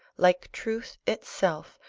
like truth itself,